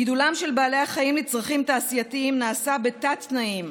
גידולם של בעלי החיים לצרכים תעשייתיים נעשה בתת-תנאים.